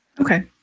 Okay